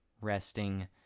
resting